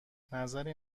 نظری